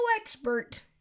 expert